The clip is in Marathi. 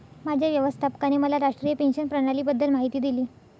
माझ्या व्यवस्थापकाने मला राष्ट्रीय पेन्शन प्रणालीबद्दल माहिती दिली